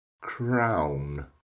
crown